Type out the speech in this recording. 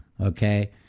Okay